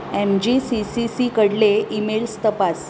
M G C C C कडले emails तपास